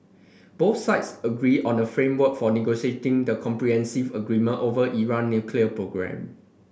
both sides agreed on the framework for negotiating the comprehensive agreement over Iran nuclear programme